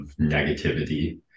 negativity